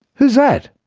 who's that!